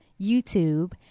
YouTube